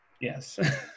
Yes